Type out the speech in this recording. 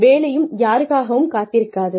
வேலையும் யாருக்காகவும் காத்திருக்காது